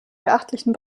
beachtlichen